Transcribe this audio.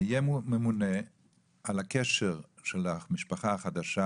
יהיה ממונה על הקשר של המשפחה החדשה